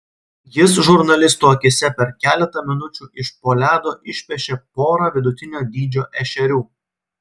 jis žurnalistų akyse per keletą minučių iš po ledo išpešė porą vidutinio dydžio ešerių